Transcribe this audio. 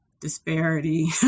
disparity